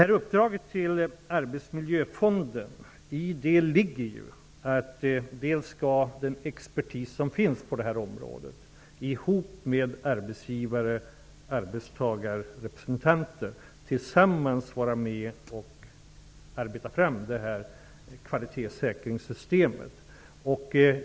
I uppdraget till Arbetsmiljöfonden ligger att den expertis som finns på detta område tillsammans med representanter för arbetsgivare och arbetstagare skall arbeta fram ett kvalitetssäkringssystem.